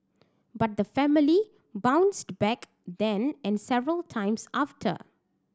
but the family bounced back then and several times after